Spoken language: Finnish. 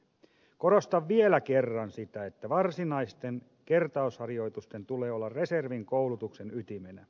korostan vielä kerran sitä että varsinaisten kertausharjoitusten tulee olla reservin koulutuksen ytimenä